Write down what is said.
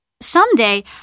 Someday